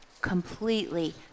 completely